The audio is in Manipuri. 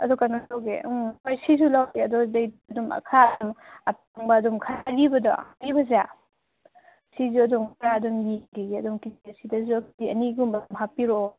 ꯑꯗꯨ ꯀꯩꯅꯣ ꯇꯧꯒꯦ ꯍꯣꯏ ꯁꯤꯁꯨ ꯂꯧꯒꯦ ꯑꯗꯣ ꯑꯗꯩ ꯑꯗꯨꯝ ꯈꯔ ꯑꯔꯤꯕꯗꯣ ꯑꯔꯤꯕꯁꯦ ꯁꯤꯁꯨ ꯑꯗꯨꯝ ꯈꯔ ꯑꯗꯨꯝ ꯌꯦꯡꯈꯤꯒꯦ ꯑꯗꯨꯝ ꯀꯦꯖꯤ ꯁꯤꯗꯁꯨ ꯀꯦꯖꯤ ꯑꯅꯤꯒꯨꯝꯕ ꯑꯗꯨꯝ ꯍꯥꯞꯄꯤꯔꯛꯑꯣ